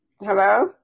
Hello